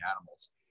animals